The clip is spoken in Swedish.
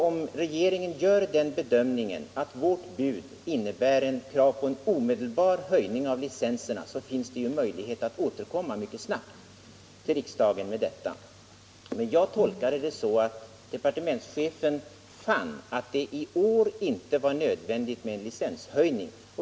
Om regeringen gör den bedömningen att vårt bud innebär ett krav på en omedelbar höjning av licenserna, så finns det ju möjlighet att återkomma mycket snabbt till riksdagen med detta. Jag har emellertid tolkat det så att departementschefen funnit att det i år inte var nödvändigt med en licenshöjning.